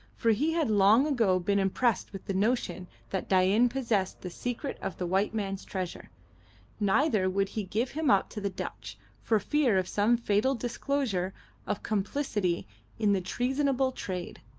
for he had long ago been impressed with the notion that dain possessed the secret of the white man's treasure neither would he give him up to the dutch, for fear of some fatal disclosure of complicity in the treasonable trade.